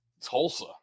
Tulsa